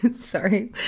Sorry